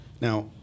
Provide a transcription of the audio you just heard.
Now